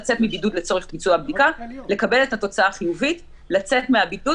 לצאת מבידוד לצורך ביצוע הבדיקה,